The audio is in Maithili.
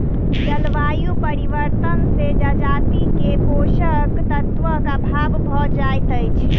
जलवायु परिवर्तन से जजाति के पोषक तत्वक अभाव भ जाइत अछि